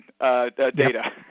data